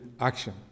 action